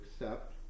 accept